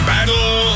Battle